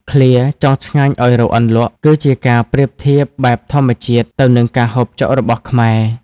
ឃ្លា «ចង់ឆ្ងាញ់ឱ្យរកអន្លក់» គឺជាការប្រៀបធៀបបែបធម្មជាតិទៅនឹងការហូបចុករបស់ខ្មែរ។